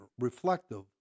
reflective